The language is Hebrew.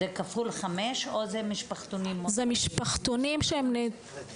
שיש להם רק 19 מעונות